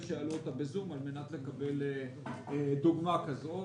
שיעלו אותה בזום על מנת לקבל דוגמה כזו.